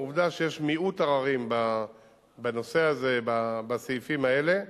עובדה שיש מיעוט עררים בנושא הזה, בסעיפים האלה.